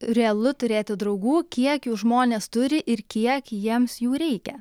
realu turėti draugų kiek jų žmonės turi ir kiek jiems jų reikia